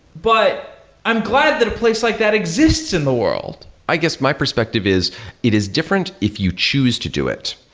but i'm glad that a place like that exists in the world. i guess my perspective is it is different if you choose to do it,